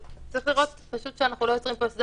צריך לראות שאנחנו לא יוצרים פה הסדר